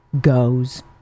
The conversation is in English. goes